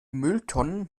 mülltonnen